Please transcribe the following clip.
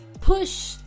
push